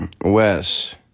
Wes